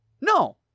No